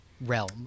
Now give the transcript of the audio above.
realm